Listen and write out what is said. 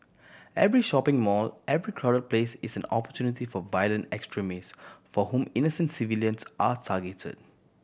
every shopping mall every crowd place is an opportunity for violent extremists for whom innocent civilians are targeted